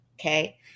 okay